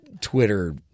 Twitter